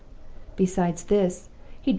besides this,